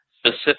specific